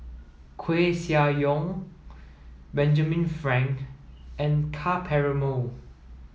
Koeh Sia Yong Benjamin Frank and Ka Perumal